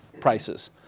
prices